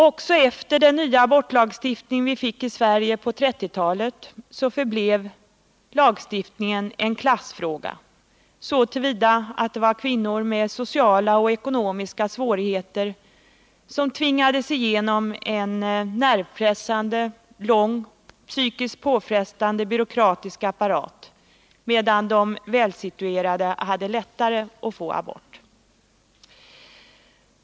Också efter den nya abortlagstiftning vi fick i Sverige på 1930-talet förblev abortlagstiftningen en klassfråga så till vida att det var kvinnor med sociala och ekonomiska svårigheter som tvingades genomgå en nervpressande lång psykiskt påfrestande byråkratisk apparat, medan de välsituerade hade lättare att få abort.